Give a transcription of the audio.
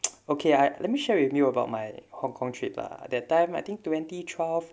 okay I let me share with you about my hong-kong trip lah that time I think twenty twelve